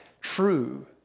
true